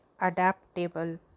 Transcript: adaptable